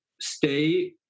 stay